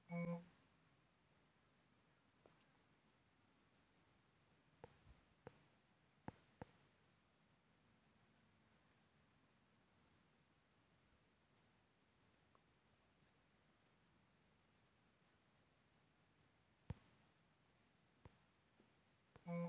अपन इक्छा ल पूरा करे बर कोन हिसाब ले धन कर उपयोग करना अहे एही सब हर अर्थसास्त्र हवे